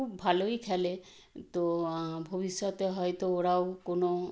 খুব ভালোই খেলে তো ভবিষ্যতে হয়তো ওরাও কোনো